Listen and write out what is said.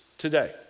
today